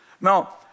Now